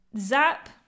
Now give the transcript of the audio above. Zap